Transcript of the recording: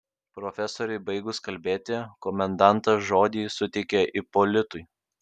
profesoriui baigus kalbėti komendantas žodį suteikė ipolitui